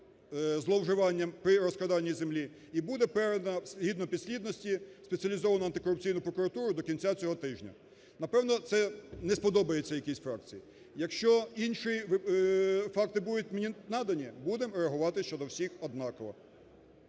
зловживанням при розкраданні землі, і буде передана згідно підслідності у спеціалізовану антикорупційну прокуратуру до кінця цього тижня. Напевно, це не сподобається якійсь фракції. Якщо інші факти будуть мені надані, будемо реагувати щодо всіх однаково.